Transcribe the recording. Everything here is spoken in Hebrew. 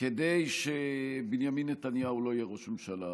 כדי שבנימין נתניהו לא יהיה ראש ממשלה.